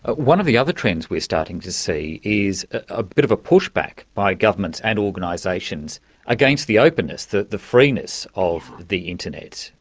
ah one of the other trends we're starting to see is a bit of a pushback by governments and organisations against the openness, the the freeness of the internet,